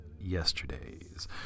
Yesterdays